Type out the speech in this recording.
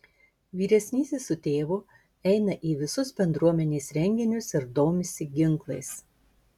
vyresnysis su tėvu eina į visus bendruomenės renginius ir domisi ginklais